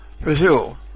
Brazil